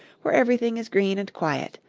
where everything is green and quiet,